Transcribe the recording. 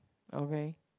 okay